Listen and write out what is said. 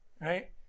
right